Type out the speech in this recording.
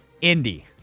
Indy